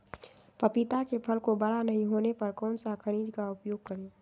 पपीता के फल को बड़ा नहीं होने पर कौन सा खनिज का उपयोग करें?